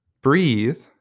breathe